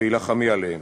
והילחמי עליהן.